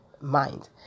mind